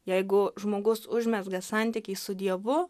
jeigu žmogus užmezga santykį su dievu